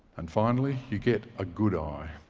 and finally, you get a good eye.